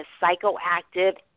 psychoactive